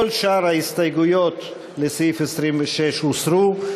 כל שאר ההסתייגויות לסעיף 26 הוסרו.